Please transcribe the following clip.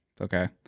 Okay